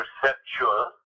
perceptual